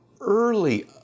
early